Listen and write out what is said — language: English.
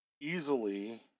easily